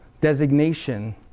designation